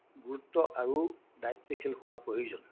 গুৰুত্ব আৰু দায়িত্বশীল হোৱা প্ৰয়োজন